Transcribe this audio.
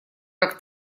как